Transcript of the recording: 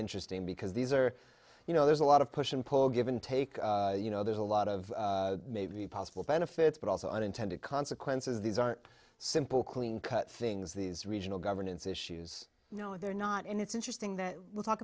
interesting because these are you know there's a lot of push and pull give and take you know there's a lot of maybe possible benefits but also unintended quinces these aren't simple clean cut things these regional governance issues no they're not and it's interesting that